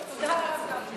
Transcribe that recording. תודה, הרב גפני.